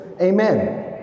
Amen